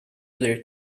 their